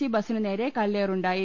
C ബസിന് നേരെ കല്ലേറുണ്ടായി